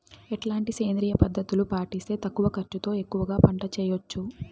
ఎట్లాంటి సేంద్రియ పద్ధతులు పాటిస్తే తక్కువ ఖర్చు తో ఎక్కువగా పంట చేయొచ్చు?